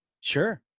Sure